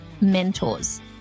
mentors